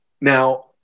Now